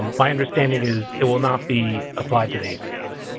my understanding is it will not be applied to the acs. yeah